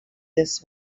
this